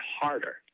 harder